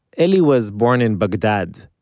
eli was born in baghdad.